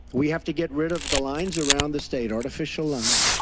we have to get rid of the lines around the state, artificial lines,